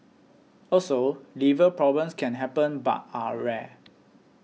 also liver problems can happen but are rare